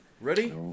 Ready